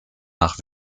nach